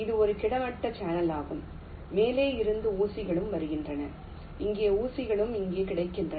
இது ஒரு கிடைமட்ட சேனலாகும் மேலே இருந்து ஊசிகளும் வருகின்றன இங்கே ஊசிகளும் இங்கே கிடைக்கின்றன